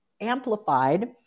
amplified